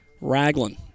Raglan